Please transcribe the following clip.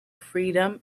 freedom